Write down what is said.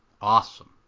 Awesome